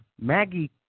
Maggie